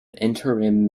interim